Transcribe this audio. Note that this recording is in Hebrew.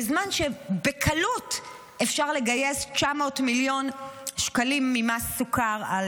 בזמן שבקלות אפשר לגייס 900 מיליון שקלים ממס סוכר על